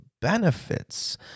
benefits